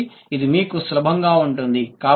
కాబట్టి ఇది మీకు సులభంగా ఉంటుంది